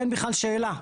אין בכלל שאלה.